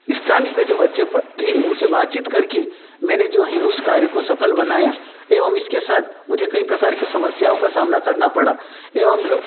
स्थानीय पर जो बच्चे प थे उनसे बातचीत करके मैंने जो है उस कार्य को सफल बनाया एवम इसके साथ मुझे कई प्रकार की समस्याओं का सामना करना पड़ा एवम लो